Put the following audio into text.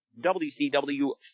WCW